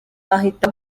ahita